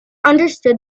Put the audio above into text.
understood